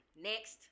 next